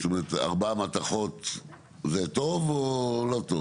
זאת אומרת ארבעה מתכות זה טוב או לא טוב?